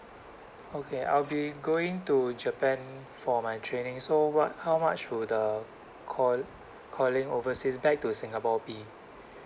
okay I will be going to japan for my training so what how much will the call calling overseas back to singapore be